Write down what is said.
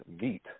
meet